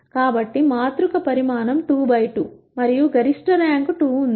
కాబట్టి మాతృక పరిమాణం 2 బై 2 మరియు గరిష్ట ర్యాంక్ 2 ఉంది